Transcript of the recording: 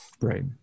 Right